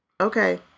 Okay